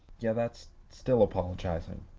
yeah, that's still apologizing.